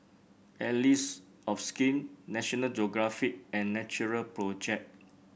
Allies of Skin National Geographic and Natural Project